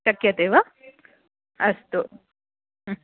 शक्यते वा अस्तु